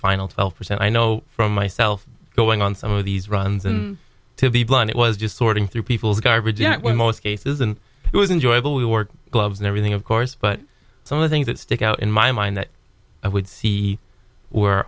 twelve percent i know from myself going on some of these runs and to be blunt it was just sorting through people's garbage when most cases and it was enjoyable work gloves and everything of course but some of the things that stick out in my mind that i would see were